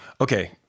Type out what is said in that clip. okay